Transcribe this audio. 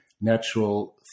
natural